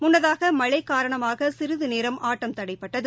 முன்னதாக மழை காரணமாக சிறிது நேரம் ஆட்டம் தடைபட்டது